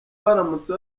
baramutse